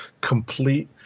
complete